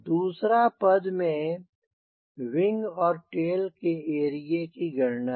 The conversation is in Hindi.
दुसरे पद में विंग और टेल के एरिया की गणना है